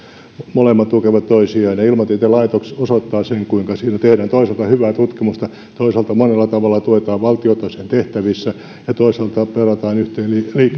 molemmat tukevat toisiaan ilmatieteen laitos osoittaa sen kuinka siellä tehdään toisaalta hyvää tutkimusta toisaalta monella tavalla tue taan valtiota sen tehtävissä ja toisaalta pelataan yhteen